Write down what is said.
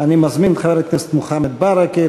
אני מזמין את חבר הכנסת מוחמד ברכה,